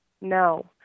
No